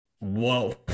Whoa